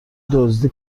دزدی